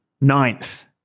Ninth